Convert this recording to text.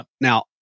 Now